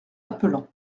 appelant